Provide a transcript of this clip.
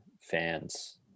fans